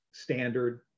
Standard